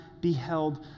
beheld